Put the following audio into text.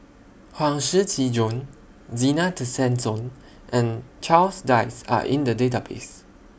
Huang Shiqi Joan Zena Tessensohn and Charles Dyce Are in The Database